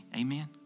Amen